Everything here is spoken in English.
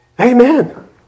Amen